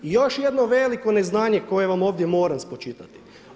I još jedno veliko neznanje koje vam ovdje moram spočitati.